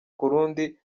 kurundi